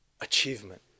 achievement